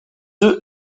œufs